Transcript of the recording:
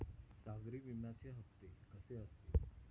सागरी विम्याचे हप्ते कसे असतील?